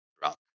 drunk